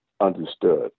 understood